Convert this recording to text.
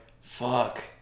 Fuck